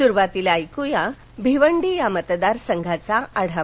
सुरुवातीला ऐकया भिवंडी या मतदारसंघाचा आढावा